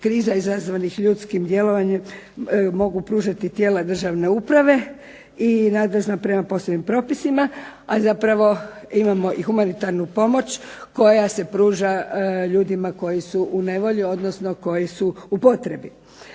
kriza izazvanim ljudskim djelovanjem mogu pružati tijela državne uprave i nadležna prema posebnim propisima, a zapravo imamo i humanitarnu pomoć koja se pruža ljudima koji su u nevolji zapravo koji su u potrebi.